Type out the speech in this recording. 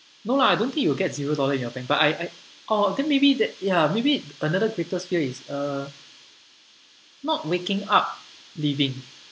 no lah I don't think you will get zero dollar in your bank but I I or then maybe that ya maybe another greatest fear uh not waking up living